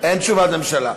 אין תשובת ממשלה.